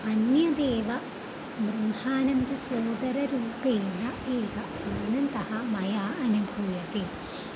अन्यदेव ब्रह्मसोदररूपेण एव आनन्दः मया अनुभूयते